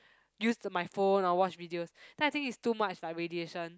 use the my phone or watch videos then I think it's too much like radiation